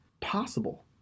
possible